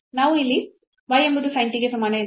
ನಾವು ಇಲ್ಲಿ y ಎಂಬುದು sin t ಗೆ ಸಮಾನ ಎಂದು ಪಡೆಯುತ್ತೇವೆ